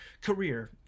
career